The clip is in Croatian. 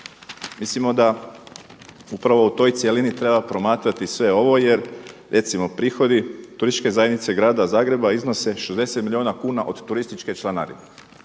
Mislimo da upravo o toj cjelini treba promatrati sve ovo jer recimo prihodi Turističke zajednice Grada Zagreba iznose 60 milijuna kuna od turističke članarine,